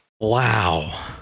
Wow